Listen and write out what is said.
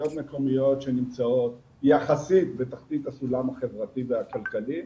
שנמצאות יחסית בתחתית הסולם החברתי והכלכלי,